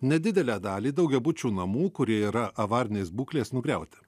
nedidelę dalį daugiabučių namų kurie yra avarinės būklės nugriauti